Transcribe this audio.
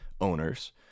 owners